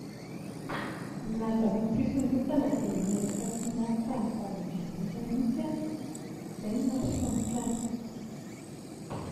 Ny nahazahoako fisondrotana dia niezaka sy niafy tamin'ny zava-drehetra mihintsy aho izay no nampisondrotra anà